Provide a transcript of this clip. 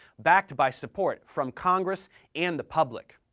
backed by support from congress and the public.